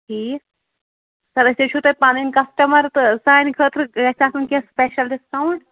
ٹھیٖک سَر أسۍ ہے چھِو تۄہہِ پَنٕنۍ کسٹَمَر تہٕ سانہِ خٲطرٕ گَژھہِ آسُن کیٚنٛہہ سِپیشل ڈِسکاوُنٛٹ